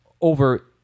over